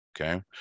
okay